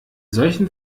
solchen